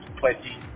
plenty